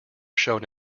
shown